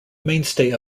mainstay